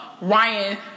Ryan